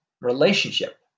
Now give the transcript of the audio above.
relationship